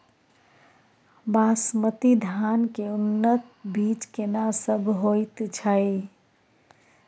बासमती धान के उन्नत बीज केना सब होयत छै?